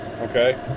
Okay